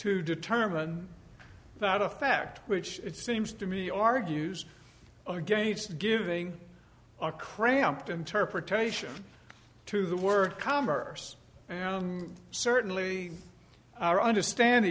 to determine that a fact which it seems to me argues against giving our cramped interpretation to the word commerce certainly understand